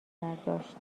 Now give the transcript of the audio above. برداشت